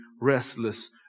restless